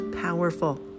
powerful